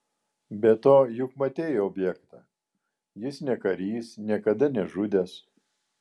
be to juk matei objektą jis ne karys niekada nežudęs